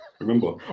Remember